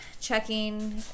checking